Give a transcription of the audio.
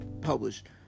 published